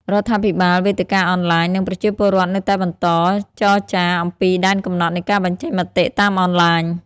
រដ្ឋាភិបាល វេទិកាអនឡាញ និងប្រជាពលរដ្ឋនៅតែបន្តចរចាអំពីដែនកំណត់នៃការបញ្ចេញមតិតាមអនឡាញ។